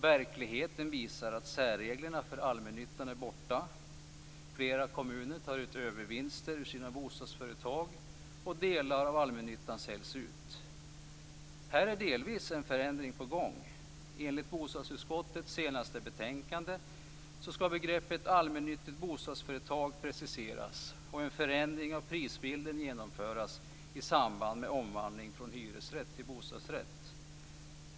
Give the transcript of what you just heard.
Verkligheten visar att särreglerna för allmännyttan är borta. Flera kommuner tar ut övervinster ur sina bostadsföretag, och delar av allmännyttan säljs ut. Här är delvis en förändring på gång. Enligt bostadsutskottets senaste betänkande skall begreppet allmännyttigt bostadsföretag preciseras och en förändring av prisbilden genomföras i samband med omvandling från hyresrätt till bostadsrätt.